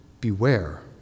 beware